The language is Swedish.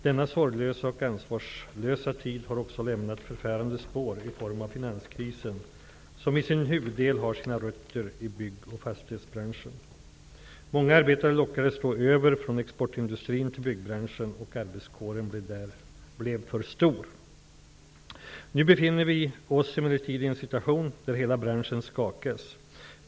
Denna sorglösa och ansvarslösa tid har också lämnat förfärande spår i form av finanskrisen som till sin huvuddel har sina rötter i bygg och fastighetsbranschen. Många arbetare lockades då över från exportindustrin till byggbranschen och arbetskåren blev för stor. Nu befinner vi oss emellertid i en situation där hela branschen skakas.